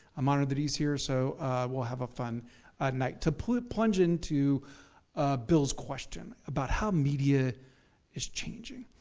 i'm honored that he's here, so we'll have a fun night. to plunge plunge into bill's question about how media is changing.